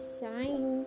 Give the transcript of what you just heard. sign